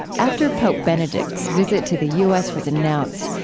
after pope benedict's visit to the u s. was announced,